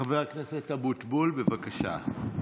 חבר הכנסת אבוטבול, בבקשה.